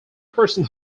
person